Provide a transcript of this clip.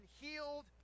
healed